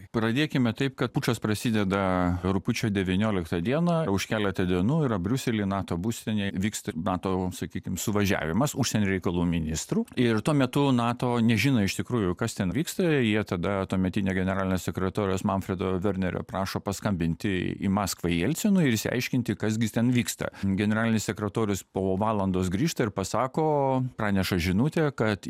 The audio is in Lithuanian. pradėkime taip kad pučas prasideda rugpjūčio devynioliktą dieną už keletą dienų yra briusely nato būstinėj vyksta nato sakykim suvažiavimas užsienio reikalų ministrų ir tuo metu nato nežino iš tikrųjų kas ten vyksta jie tada tuometinio generalinio sekretoriaus manfredo vernerio prašo paskambinti į maskvą jelcinui ir išsiaiškinti kas gi ten vyksta generalinis sekretorius po valandos grįžta ir pasako praneša žinutę kad